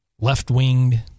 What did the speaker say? left-winged